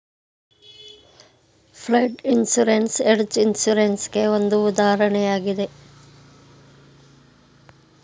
flood insurance hedge insurance ಗೆ ಒಂದು ಉದಾಹರಣೆಯಾಗಿದೆ